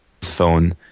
phone